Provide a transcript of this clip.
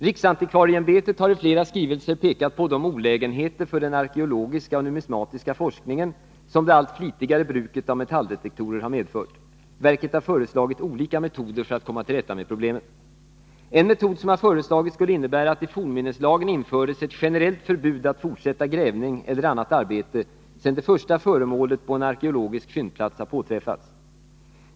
Riksantikvarieämbetet har i flera skrivelser pekat på de olägenheter för den arkeologiska och numismatiska forskningen som det allt flitigare bruket av metalldetektorer har medfört. Verket har föreslagit olika metoder för att komma till rätta med problemet. En metod som har föreslagits skulle innebära att i fornminneslagen infördes ett generellt förbud att fortsätta grävning eller annat arbete sedan det första föremålet på en arkeologisk fyndplats har påträffats.